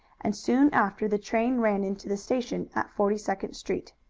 and soon after the train ran into the station at forty-second street.